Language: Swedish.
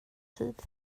tid